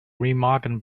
remagen